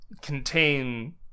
contain